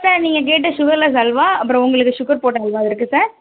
sir நீங்கள் கேட்ட sugarless halwa அப்புறம் உங்களுக்கு சுகர் போட்ட அல்வா இருக்குது சார்